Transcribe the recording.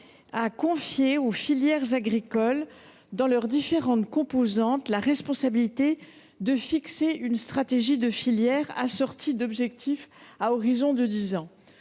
à confier aux filières agricoles, dans leurs différentes composantes, la responsabilité d’établir une stratégie de filière, assortie d’objectifs à horizon de dix ans.